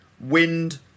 wind